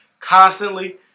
constantly